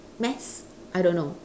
maths I don't know